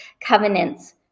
covenants